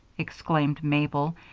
exclaimed mabel,